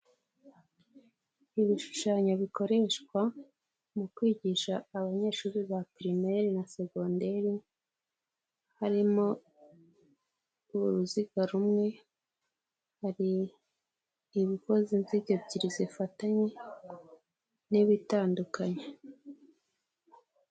Ibishushanyo bikoreshwa mu kwigisha abanyeshuri ba primeri na segonderi harimo uruziga rumwe, hari ibikoze inziga ebyiri zifatanye n'ibitandukanye.